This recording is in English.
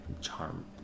charm